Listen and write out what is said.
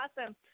awesome